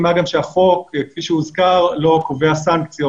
מה גם שהחוק כפי שהוזכר לא קובע סנקציות